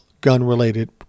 gun-related